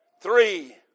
Three